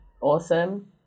awesome